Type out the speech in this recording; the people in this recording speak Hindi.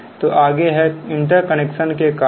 तो आगे है इंटरकनेक्शन के कारण